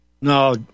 No